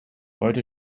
heute